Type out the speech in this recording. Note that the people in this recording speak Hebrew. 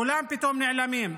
כולם פתאום נעלמים,